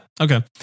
Okay